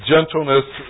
Gentleness